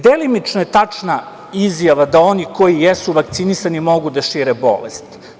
Delimično je tačna izjava da oni koji jesu vakcinisani mogu da šire bolest.